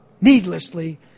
needlessly